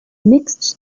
mixed